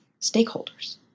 stakeholders